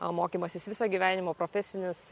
mokymasis visą gyvenimą profesinis